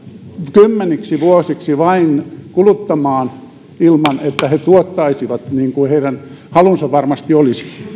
kymmeniksi vuosiksi vain kuluttamaan ilman että he tuottaisivat niin kuin heidän halunsa varmasti olisi